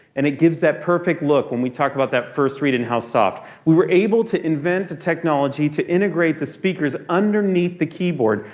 and it gives that perfect look when we talk about that first read and how soft. we were able to invent a technology to integrate the speakers underneath the keyboard,